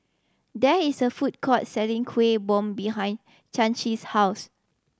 there is a food court selling Kueh Bom behind Chancey's house